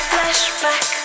Flashback